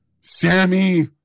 Sammy